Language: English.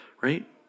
right